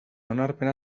onarpena